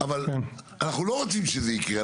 אבל אנחנו לא רוצים שזה יקרה.